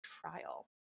trial